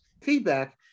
feedback